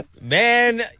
Man